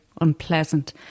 unpleasant